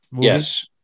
yes